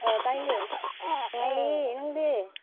ꯑꯥ ꯇꯥꯏꯌꯦ ꯅꯨꯡꯉꯥꯏꯔꯤꯌꯦ ꯅꯪꯗꯤ